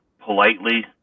politely